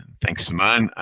thanks simone.